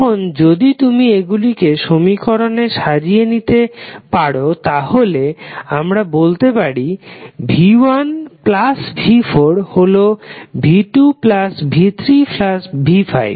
এখন যদি তুমি এগুলিকে সমীকরণে সাজিয়ে নিতে পারি তাহলে আমরা বলতে পারি v1 v4 হলো v2 v3 v5